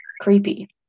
creepy